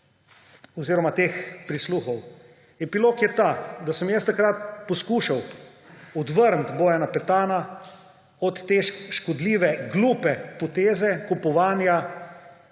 oziroma teh prisluhov? Epilog je ta, da sem jaz takrat poskušal odvrniti Bojana Petana od te škodljive, glupe poteze kupovanja